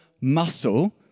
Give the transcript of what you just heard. muscle